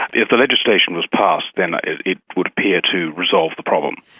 if the legislation was passed then it it would appear to resolve the problem.